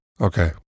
Okay